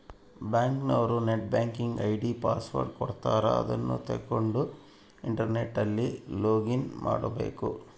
bank ಅವ್ರು net banking ID password ಕೊಡ್ತಾರ ಅದುನ್ನ ತಗೊಂಡ್ ಇಂಟರ್ನೆಟ್ ಅಲ್ಲಿ ಲೊಗಿನ್ ಮಾಡ್ಕಬೇಕು